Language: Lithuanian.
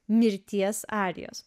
mirties arijos